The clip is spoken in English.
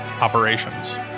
operations